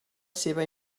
seva